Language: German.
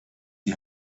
die